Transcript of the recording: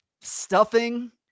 stuffing